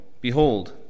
Behold